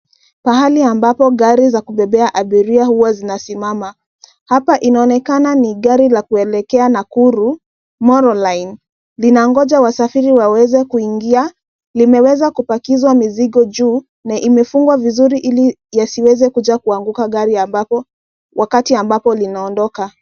Pahali ambapo gari za abiria huwa zinasimama. Hapa inaonekana ni gari la kuelekea Nakuru Molo line, linangoja wasafiri waweze kuingia, limeweza kupakizwa mizigo juu na imefungwa vizuri ili yasiweze kuja kuanguka gari ambapo wakati ambapo linaondoka.